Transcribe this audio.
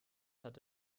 hat